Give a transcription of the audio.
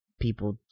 people